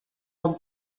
bon